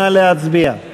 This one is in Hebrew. נא להצביע.